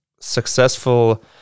successful